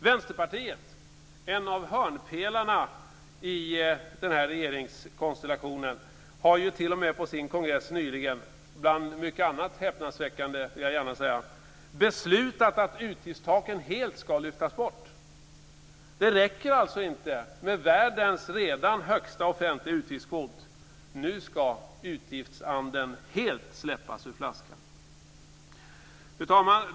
Vänsterpartiet, en av hörnpelarna i regeringsalternativet, har t.o.m. på sin kongress nyligen - bland mycket annat häpnadsväckande - beslutat att utgiftstaken helt ska lyftas bort. Det räcker alltså inte med världens redan högsta offentliga utgiftskvot. Nu ska utgiftsanden helt släppas ur flaskan. Fru talman!